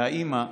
והאימא לא.